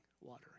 water